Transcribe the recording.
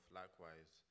likewise